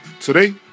today